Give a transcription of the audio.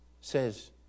says